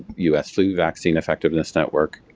us flu vaccine effectiveness network.